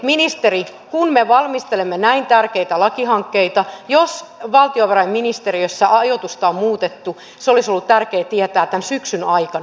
ministeri kun me valmistelemme näin tärkeitä lakihankkeita niin jos valtiovarainministeriössä ajoitusta on muutettu se olisi ollut tärkeää tietää tämän syksyn aikana